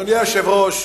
אדוני היושב-ראש,